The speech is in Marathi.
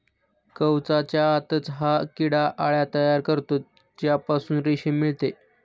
कवचाच्या आतच हा किडा अळ्या तयार करतो ज्यापासून रेशीम मिळते